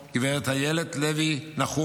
גב' איילת לוי נחום,